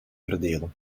verdelen